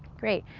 great,